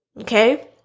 okay